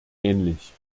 ähnlich